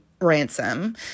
ransom